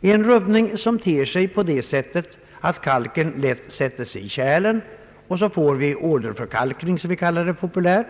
en rubbning som ter sig på det sättet att kalken lätt sätter sig i kärlen och man får vad vi populärt kallar åderförkalkning.